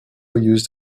used